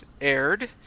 aired